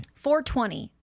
420